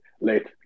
late